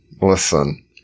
listen